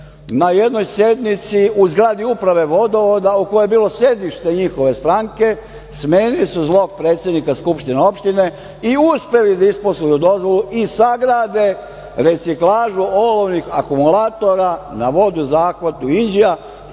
na jednoj sednici u zgradi Uprave vodovoda u kojoj je bilo sedište njihove stranke. Smenili su zlog predsednika Skupštine opštine i uspeli da isposluju dozvolu i sagrade reciklažu olovnih akumulatora na vodozahvatu Inđija. Tad